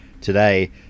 today